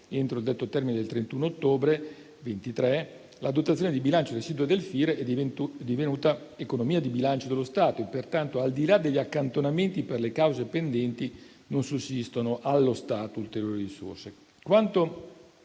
entro il detto termine del 31 ottobre 2023, la dotazione di bilancio residuo del FIR è divenuta economia di bilancio dello Stato e, pertanto, al di là degli accantonamenti per le cause pendenti, non sussistono allo stato ulteriori risorse.